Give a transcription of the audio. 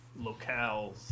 locales